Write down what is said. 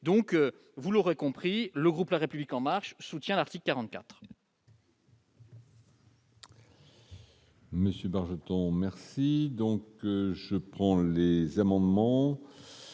donc vous l'aurez compris le groupe la République en marche, soutient l'article 44.